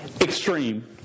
extreme